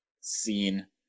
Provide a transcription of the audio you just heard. seen